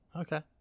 Okay